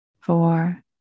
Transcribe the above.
four